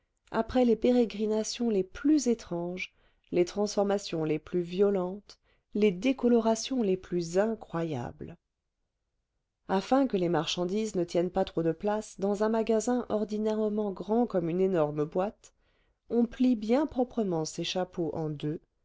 après les pérégrinations les plus étranges les transformations les plus violentes les décolorations les plus incroyables afin que les marchandises ne tiennent pas trop de place dans un magasin ordinairement grand comme une énorme boîte on plie bien proprement ces chapeaux en deux